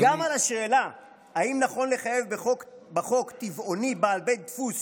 גם על השאלה אם נכון לחייב בחוק בעל בית דפוס